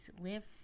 live